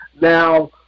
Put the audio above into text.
now